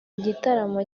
gitaramo